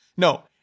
No